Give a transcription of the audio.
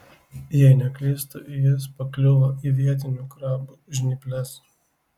jei neklystu jis pakliuvo į vietinių krabų žnyples